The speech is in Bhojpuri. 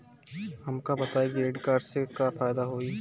हमका बताई क्रेडिट कार्ड से का फायदा होई?